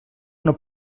una